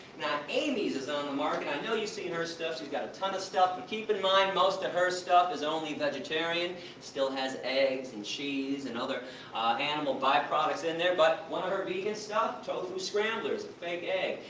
now, amy's is on the market, and i know you've seen her stuff. she's got a ton of stuff, but keep in mind, most of her stuff is only vegetarian. it still has eggs and cheese, and other animal by-products in there. but, one of her vegan stuff, tofu scramblers. a fake egg!